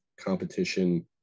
competition